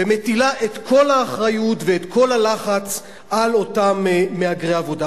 ומטילה את כל האחריות ואת כל הלחץ על אותם מהגרי העבודה.